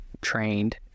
trained